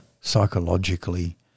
Psychologically